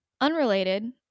unrelated